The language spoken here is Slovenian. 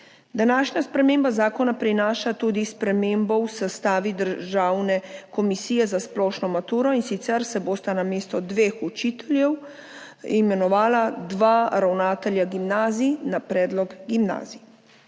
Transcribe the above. Današnja sprememba zakona prinaša tudi spremembo v sestavi državne komisije za splošno maturo, in sicer se bosta namesto dveh učiteljev imenovala dva ravnatelja gimnazij na predlog gimnazij.